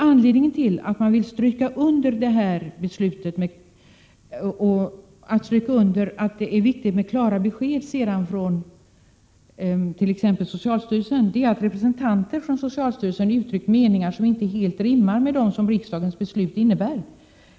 Anledningen till att jag vill stryka under detta beslut och att det är viktigt med klara besked från t.ex. socialstyrelsen är att representanter för socialstyrelsen har uttryckt meningar som inte helt rimmar med dem som riksdagens beslut innebär.